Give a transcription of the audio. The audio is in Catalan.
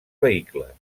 vehicles